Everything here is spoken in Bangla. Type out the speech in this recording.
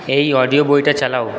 এই অডিও বইটা চালাও